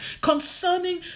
concerning